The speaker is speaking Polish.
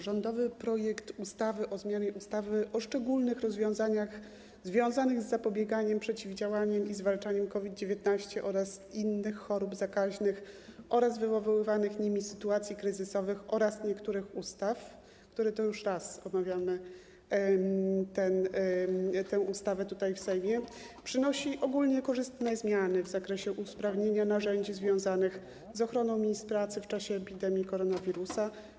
Rządowy projekt ustawy o zmianie ustawy o szczególnych rozwiązaniach związanych z zapobieganiem, przeciwdziałaniem i zwalczaniem COVID-19, innych chorób zakaźnych oraz wywoływanych nimi sytuacji kryzysowych oraz niektórych ustaw - pytanie, który to już raz omawiamy tę ustawę tutaj, w Sejmie - przynosi ogólnie korzystne zmiany w zakresie usprawnienia narzędzi związanych z ochroną miejsc pracy w czasie epidemii koronowirusa.